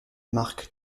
mark